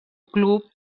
club